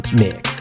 mix